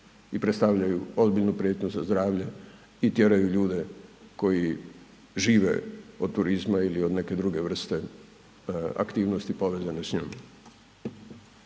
i predstavljaju ozbiljnu prijetnju za zdravlje i tjeraju ljude koji žive od turizma ili od neke druge vrste aktivnosti povezane s njom.